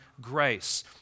grace